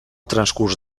transcurs